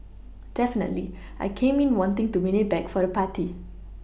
definitely I came in wanting to win it back for the party